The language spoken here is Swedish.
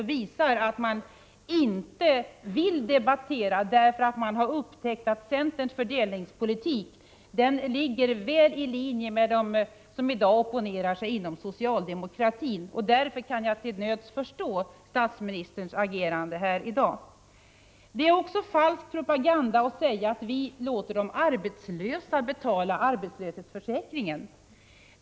De visar att man inte vill debattera, därför att man har upptäckt att centerns fördelningspolitik ligger väl i linje med vad som framhålls av dem som i dag opponerar sig mot socialdemokratin. Och därför kan jag till nöds förstå statsministerns agerande här i dag. Det är också falsk propaganda att säga att vi låter de arbetslösa betala arbetslöshetsförsäkringen.